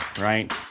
right